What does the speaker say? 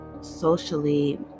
socially